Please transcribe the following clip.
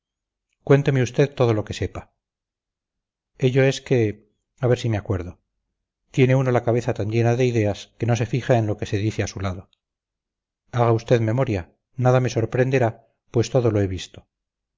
cuénteme usted todo lo que sepa ello es que a ver si me acuerdo tiene uno la cabeza tan llena de ideas que no se fija en lo que se dice a su lado haga usted memoria nada me sorprenderá pues todo lo he previsto